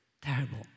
terrible